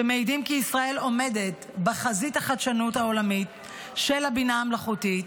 שמעידים כי ישראל עומדת בחזית החדשנות העולמית של הבינה המלאכותית,